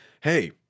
hey